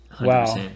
Wow